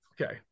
Okay